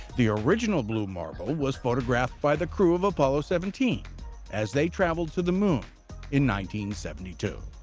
the original blue marble was photographed by the crew of apollo seventeen as they traveled to the moon in nineteen seventy two.